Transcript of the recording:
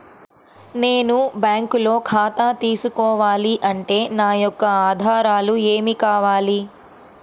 నేను బ్యాంకులో ఖాతా తీసుకోవాలి అంటే నా యొక్క ఆధారాలు ఏమి కావాలి?